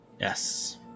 Yes